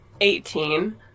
Eighteen